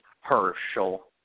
Herschel